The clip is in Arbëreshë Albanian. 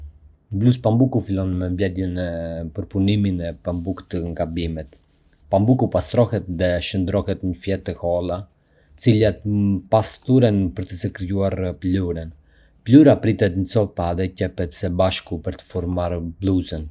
Një bluzë pambuku fillon me mbledhjen e përpunimin e pambukut nga bimët. Pambuku pastrohet dhe shndërrohet në fije të holla, të cilat më pas thuren për të krijuar pëlhurën. Pëlhura pritet në copa dhe qepet së bashku për të formuar bluzën.